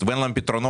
ואין להם פתרונות,